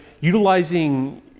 utilizing